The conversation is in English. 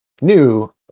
new